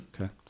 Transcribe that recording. Okay